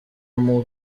umaze